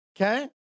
Okay